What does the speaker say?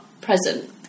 present